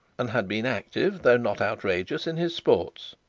and had been active though not outrageous in his sports.